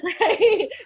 Right